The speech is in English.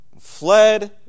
fled